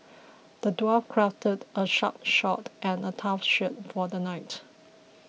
the dwarf crafted a sharp sword and a tough shield for the knight